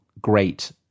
great